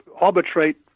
arbitrate